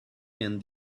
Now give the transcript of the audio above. and